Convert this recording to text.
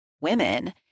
women